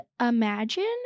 imagine